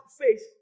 faith